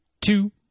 two